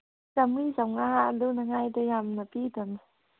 ꯆꯝꯃꯔꯤ ꯆꯃꯉꯥ ꯑꯗꯨꯃꯉꯥꯏꯗ ꯌꯥꯝꯅ ꯄꯤꯗꯃꯤ